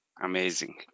Amazing